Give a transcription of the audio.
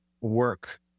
work